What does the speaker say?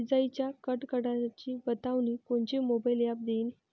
इजाइच्या कडकडाटाची बतावनी कोनचे मोबाईल ॲप देईन?